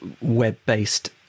web-based